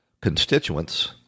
constituents